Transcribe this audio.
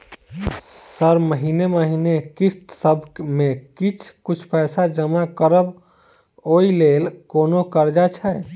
Sir महीने महीने किस्तसभ मे किछ कुछ पैसा जमा करब ओई लेल कोनो कर्जा छैय?